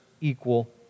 equal